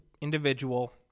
individual